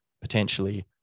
potentially